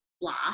blah